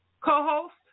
co-host